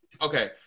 Okay